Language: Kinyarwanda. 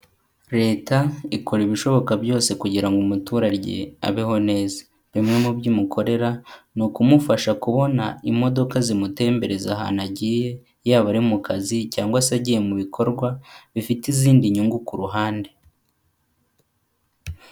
Leta ikora ibishoboka byose kugira ngo umuturage abeho neza. Bimwe mu byo umukorera ni ukumufasha kubona imodoka zimutembereza ahantu agiye yaba ari mu kazi cyangwa se agiye mu bikorwa bifite izindi nyungu ku ruhande.